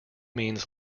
means